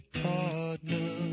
partner